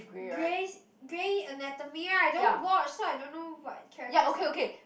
Grey's Grey's Anatomy right I don't watch so I don't know what characters are who